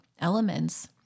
elements